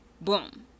Boom